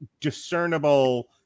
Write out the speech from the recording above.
discernible